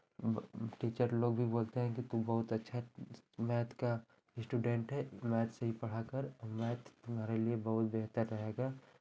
teacher लोग भी बोलते हैं कि तू बहुत अच्छा मैथ का इस्टूडेंट है तू मैथ से ही पढ़ा कर मैथ तुम्हारे लिए बहुत बेहतर रहेगा